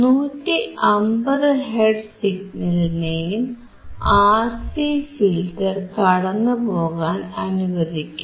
150 hertz സിഗ്നലിനെയും RC filter കടന്നുപോകാൻ അനുവദിക്കും